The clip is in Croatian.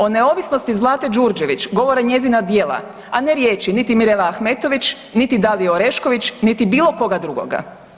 O neovisnosti Zlate Đurđević govore njezina djela, a ne riječi niti Mirele Ahmetović, niti Dalije Orešković niti bilo koga drugoga.